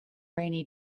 rainy